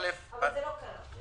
אבל זה לא קרה.